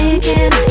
again